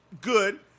good